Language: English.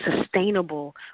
sustainable